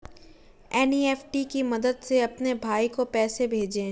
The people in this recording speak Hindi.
एन.ई.एफ.टी की मदद से अपने भाई को पैसे भेजें